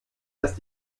ist